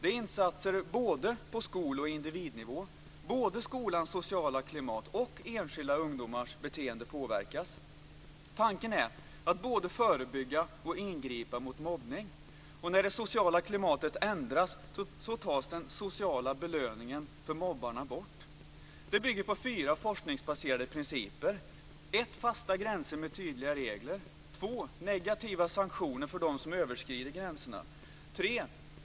Det är insatser på både skol och individnivå. Både skolans sociala klimat och enskilda ungdomars beteende påverkas. Tanken är att både förebygga och ingripa mot mobbning. När det sociala klimatet ändras tas den sociala belöningen för mobbarna bort. Det bygger på fyra forskningsbaserade principer. 1. Fasta gränser med tydliga regler. 2. Negativa sanktioner för dem som överskrider gränserna. 3.